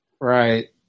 Right